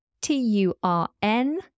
T-U-R-N